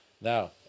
Now